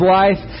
life